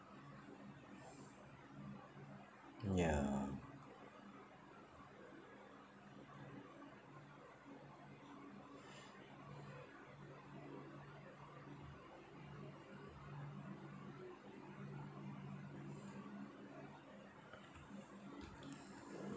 ya